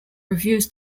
reviews